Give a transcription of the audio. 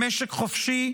במשק חופשי,